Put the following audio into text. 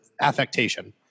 affectation